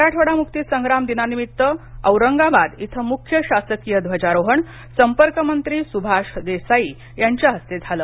मराठवाडा मुक्ती संग्राम दिनानिमित्त औरंगाबाद इथं मुख्य शासकीय ध्वजारोहण संपर्क मंत्री सुभाष देसाई यांच्या हस्ते झालं